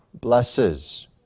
blesses